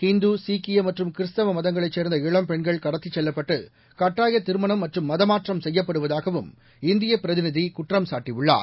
இந்து சீக்கிய மற்றும் கிறிஸ்தவ மதங்களைச் சேர்ந்த இளம்பெண்கள் கடத்திச் செல்லப்பட்டு கட்டாயத் திருமணம் மற்றும் மதமாற்றம் செய்யப்படுவதாகவும் இந்தியப் பிரதிநிதி குற்றம்சாட்டியுள்ளார்